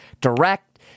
direct